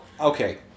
okay